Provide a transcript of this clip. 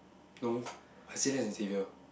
no I said less than Xavier